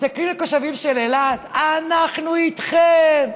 מסתכלים לתושבים של אילת: אנחנו איתכם,